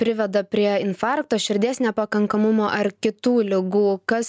priveda prie infarkto širdies nepakankamumo ar kitų ligų kas